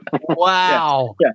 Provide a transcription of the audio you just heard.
Wow